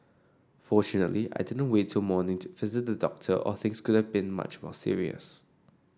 fortunately I didn't wait till morning to visit the doctor or things could have been much more serious